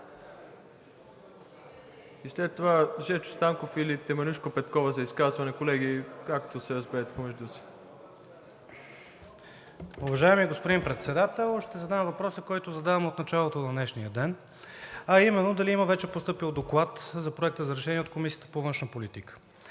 И след това Жечо Станков или Теменужка Петкова за изказване. Колеги, както се разберете помежду си. ХРИСТО ГАДЖЕВ (ГЕРБ-СДС): Уважаеми господин Председател, ще задам въпроса, който задавам от началото на днешния ден, а именно дали има вече постъпил Доклад за Проекта за решение от Комисията по външна политика?